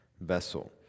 vessel